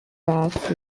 baths